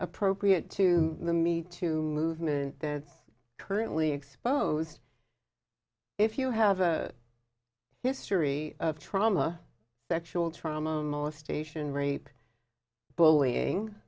appropriate to the me too movement that's currently exposed if you have a history of trauma sexual trauma molestation rape bullying